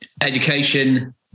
education